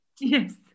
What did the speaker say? Yes